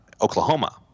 Oklahoma